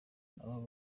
nabo